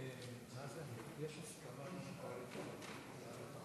ההצעה להעביר את הצעת